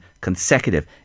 consecutive